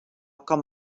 com